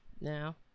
now